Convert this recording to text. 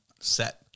set